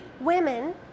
women